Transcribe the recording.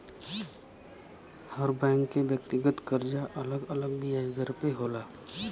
हर bank के व्यक्तिगत करजा अलग अलग बियाज दर पे होला